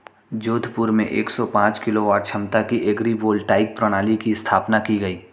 जोधपुर में एक सौ पांच किलोवाट क्षमता की एग्री वोल्टाइक प्रणाली की स्थापना की गयी